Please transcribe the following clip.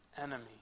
enemy